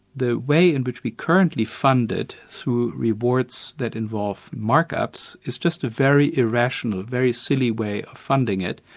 the way in which we currently fund it, through rewards that involve mark-ups, it's just a very irrational, very silly way of funding it,